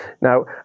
Now